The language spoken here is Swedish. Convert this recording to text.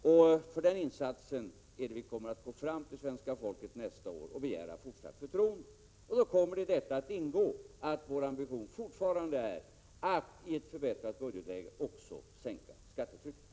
Med den insatsen kommer vi nästa år att gå till det svenska folket och begära fortsatt förtroende. Och vår ambition kommer fortfarande att vara att i ett förbättrat budgetläge också sänka skattetrycket.